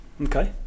Okay